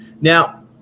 Now